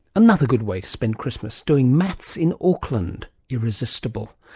another good way to spend christmas, doing maths in auckland. irresistible!